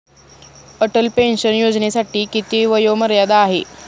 Atal pension योजनेसाठी किती वयोमर्यादा आहे?